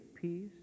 peace